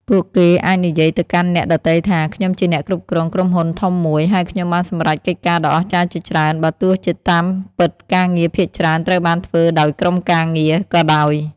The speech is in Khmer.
ពួកគេអាចនិយាយទៅកាន់អ្នកដទៃថា ខ្ញុំជាអ្នកគ្រប់គ្រងក្រុមហ៊ុនធំមួយ ហើយខ្ញុំបានសម្រេចកិច្ចការដ៏អស្ចារ្យជាច្រើន បើទោះជាតាមពិតការងារភាគច្រើនត្រូវបានធ្វើដោយក្រុមការងារក៏ដោយ។